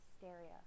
hysteria